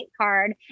card